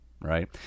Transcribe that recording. Right